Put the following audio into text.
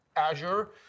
Azure